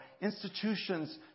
institutions